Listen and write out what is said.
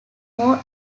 more